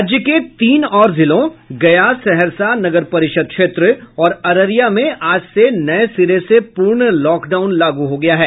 राज्य के तीन और जिलों गया सहरसा नगर परिषद क्षेत्र और अररिया में आज से नए सिरे से पूर्ण लॉकडाउन लागू हो गया है